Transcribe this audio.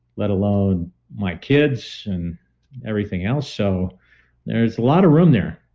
let alone my kids and everything else. so there's a lot of room there.